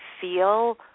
feel